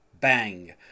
Bang